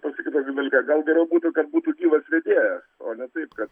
pasakyt tokį dalyką gal geriau būtų kad būtų gyvas vedėja o ne taip kad